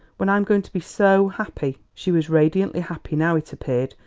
when i'm going to be so happy! she was radiantly happy now, it appeared,